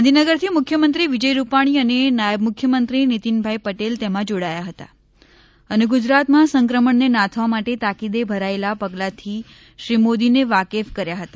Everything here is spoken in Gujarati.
ગાંધીનગરથી મુખ્યમંત્રી વિજય રૂપાણી અને નાયબ મુખ્યમંત્રી નિતિનભાઈ પટેલ તેમાં જોડાયા હતા અને ગુજરાતમાં સંક્રમણને નાથવા માટે તાકીદે ભરાયેલા પગલાથી શ્રી મોદીને વાકેફ કર્યા હતા